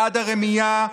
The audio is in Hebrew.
בעד הרמייה,